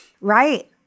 right